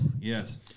yes